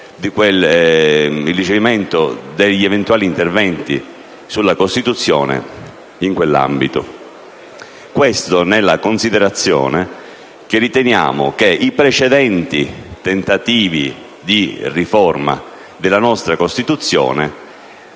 il ricevimento degli eventuali interventi sulla Costituzione in quell'ambito. Riteniamo, infatti, che i precedenti tentativi di riforma della nostra Costituzione